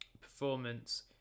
performance